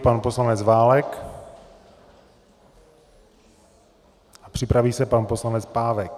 Pan poslanec Válek a připraví se pan poslanec Pávek.